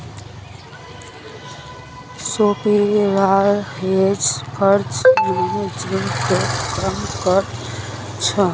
सोपीराल hedge fund manager तोत काम कर छ